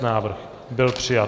Návrh byl přijat.